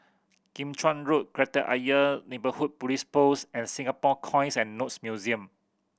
Kim Chuan Road Kreta Ayer Neighbourhood Police Post and Singapore Coins and Notes Museum